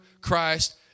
Christ